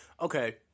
okay